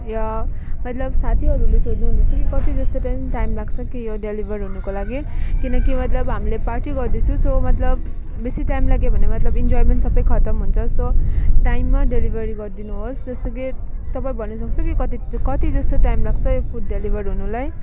यो मतलब साथीहरूले सोध्नुहुँदैछ कि कति जस्तो टेन टाइम लाग्छ कि यो डेलिभर हुनुको लागि किनकी मतलब हामीले पार्टी गर्दैछु सो मतलब बेसी टाइम लाग्यो भने मतलब इन्जोयमेन्ट सबै खतम हुन्छ सो टाइममा डेलिभरी गरिदिनुहोस् जस्तो कि तपाईँ भन्नुसक्छ कि कति कति जस्तो टाइम लाग्छ यो फुड डेलिभर्ड हुनुलाई